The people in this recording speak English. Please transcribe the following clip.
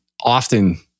often